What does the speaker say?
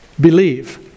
believe